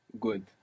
Good